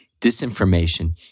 disinformation